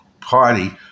party